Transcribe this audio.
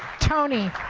tony,